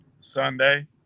Sunday